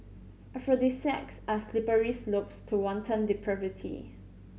aphrodisiacs are slippery slopes to wanton depravity